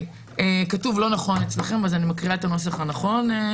בנוסח שלפניכם ההסתייגות כתובה לא נכון אז אני מקריאה את הנוסח הנכון: